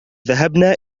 ذهبنا